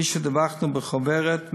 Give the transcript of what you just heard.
כפי שדיווחנו בחוברת.